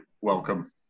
welcome